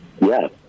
Yes